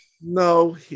No